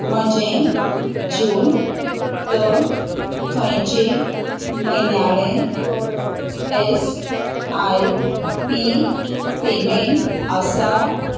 म्हजें जून तो खंयचे म्हयन्याळें एस आय पी पेमेंट आसा